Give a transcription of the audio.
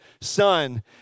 son